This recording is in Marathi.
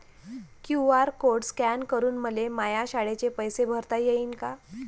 क्यू.आर कोड स्कॅन करून मले माया शाळेचे पैसे भरता येईन का?